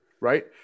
right